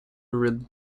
rid